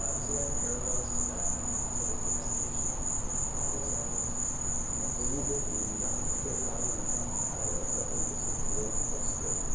ah is there any parallels to that and to domestication of mammals and humans? we would love to find such parallels. i think it's a great question.